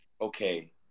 okay